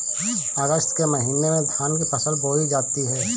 अगस्त के महीने में धान की फसल बोई जाती हैं